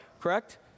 correct